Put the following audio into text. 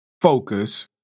focus